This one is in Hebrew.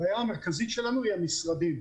הבעיה המרכזית שלנו היא המשרדים.